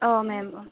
औ मेम औ